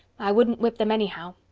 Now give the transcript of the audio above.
i wouldn't whip them anyhow.